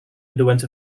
underwent